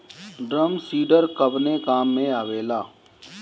Drum seeder कवने काम में आवेला?